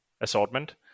assortment